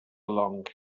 along